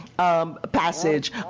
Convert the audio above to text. Passage